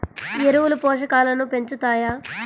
ఎరువులు పోషకాలను పెంచుతాయా?